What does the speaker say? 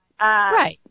right